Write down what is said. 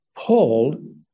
Paul